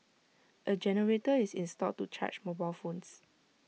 A generator is installed to charge mobile phones